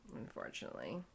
unfortunately